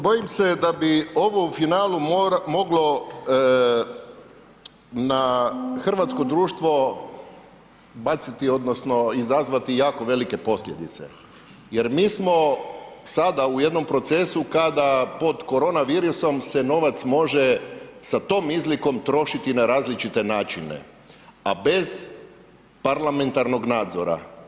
Bojim se da bi ovo u finalu moglo na hrvatsko društvo baciti odnosno izazvati jako velike posljedice jer mi smo sada u jednom procesu kada pod koronavirusom se novac može sa tom izlikom trošiti na različite načine, a bez parlamentarnog nadzora.